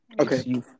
Okay